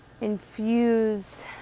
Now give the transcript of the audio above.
infuse